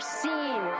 seen